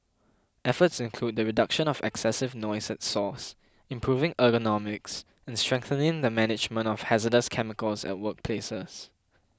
efforts include the reduction of excessive noise at source improving ergonomics and strengthening the management of hazardous chemicals at workplaces